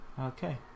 Okay